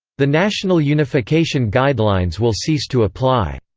the national unification guidelines will cease to apply.